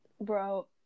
bro